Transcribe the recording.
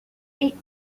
eight